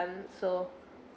time so